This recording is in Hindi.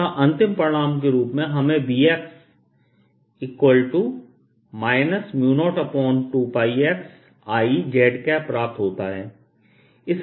अतः अंतिम परिणाम के रूप में हमें Bx 02πxIz प्राप्त होता है